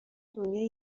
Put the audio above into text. دنیا